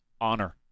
honor